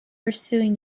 pursuing